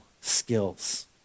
skills